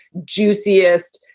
juiciest,